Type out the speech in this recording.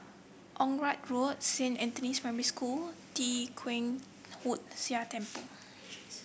Onraet Road Saint Anthony's Primary School Tee Kwee Hood Sia Temple